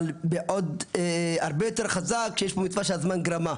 אבל הרבה יותר חזק, שיש פה בעיה שהזמן גרם.